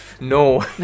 no